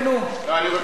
אני רוצה רק להבין,